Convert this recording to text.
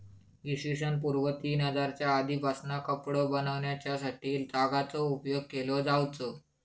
इ.स पूर्व तीन हजारच्या आदीपासना कपडो बनवच्यासाठी तागाचो उपयोग केलो जावचो